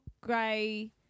Grey